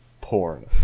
porn